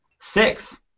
Six